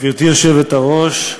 השר,